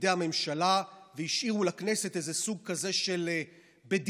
בידי הממשלה והשאירו לכנסת איזה סוג כזה של בדיעבד,